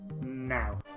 now